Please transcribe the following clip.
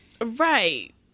Right